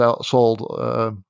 sold, –